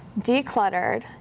decluttered